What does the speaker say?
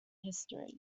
history